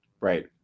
Right